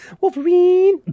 Wolverine